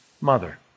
mother